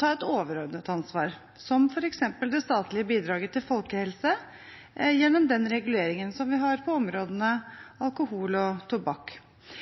ta et overordnet ansvar, f.eks. det statlige bidraget til folkehelse gjennom reguleringen som vi har på områdene alkohol og tobakk.